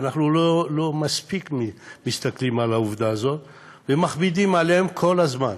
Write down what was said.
ואנחנו לא מספיק מסתכלים על העובדה הזאת ומכבידים עליהם כל הזמן.